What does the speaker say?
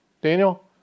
Daniel